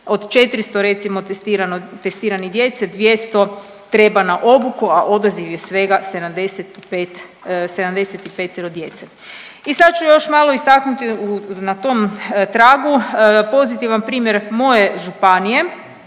od 400 recimo testirane djece 200 treba na obuku, a odlazi ih svega 75 djece. I sad ću još malo istaknuti na tom tragu pozitivna primjer moje županije